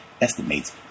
estimates